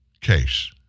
case